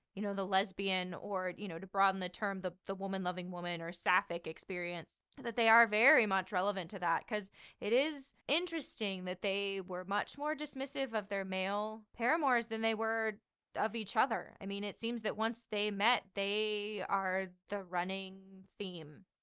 you know, the lesbian or, you know to broaden the term, the the woman loving woman or sapphic experience that they are very much relevant to that because it is interesting that they were much more dismissive of their male paramours than they were of each other. mean, it seems that once they met they are, the running theme,